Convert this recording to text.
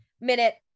minute